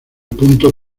punto